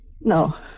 No